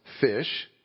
fish